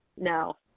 No